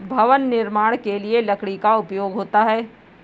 भवन निर्माण के लिए लकड़ी का उपयोग होता है